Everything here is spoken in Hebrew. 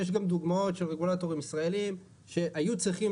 יש גם דוגמאות של רגולטורים ישראלים שהיו צריכים